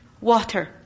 water